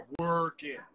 working